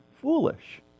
foolish